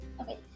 okay